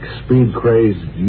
speed-crazed